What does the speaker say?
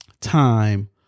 time